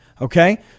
Okay